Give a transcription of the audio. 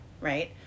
Right